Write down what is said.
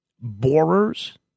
borers